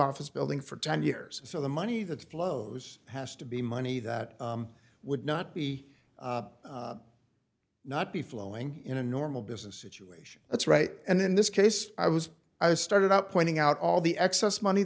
office building for ten years so the money that flows has to be money that would not be not be flowing in a normal business situation that's right and in this case i was i started out pointing out all the excess money